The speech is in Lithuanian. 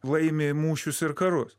laimi mūšius ir karus